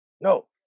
No